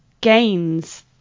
gains